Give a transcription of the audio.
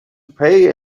pay